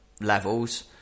levels